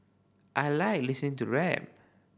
I like listening to rap